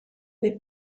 they